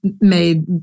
made